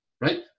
right